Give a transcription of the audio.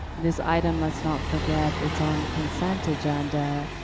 this item, let's not forget, it's on consent agenda.